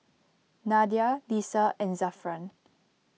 Nadia Lisa and Zafran